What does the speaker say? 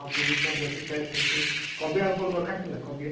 ଆଉ ବିମ୍ସ ମଧ୍ୟ ଅଛି ଫ୍ରେସ୍ ଅଛି କୋବି ଆଉ କଣ ଦରକାର ଥିଲା କୋବି